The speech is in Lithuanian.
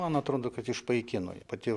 man atrodo kad išpaikino ji pati